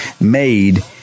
made